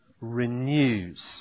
renews